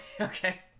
Okay